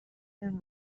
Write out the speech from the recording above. been